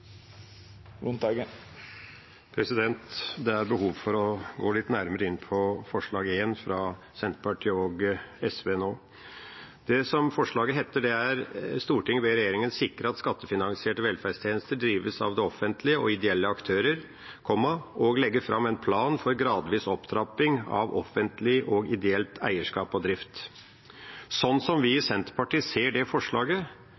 Det er behov for å gå litt nærmere inn på forslag nr. 1, fra Senterpartiet og SV. Forslaget lyder: «Stortinget ber regjeringen sikre at skattefinansierte velferdstjenester drives av det offentlige og ideelle aktører, og legge fram en plan for gradvis opptrapping av offentlig og ideelt eierskap og drift.» Sånn vi i Senterpartiet ser det forslaget,